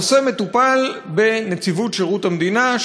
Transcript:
הנושא מטופל בנציבות שירות המדינה,